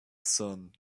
sun